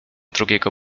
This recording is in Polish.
drugiego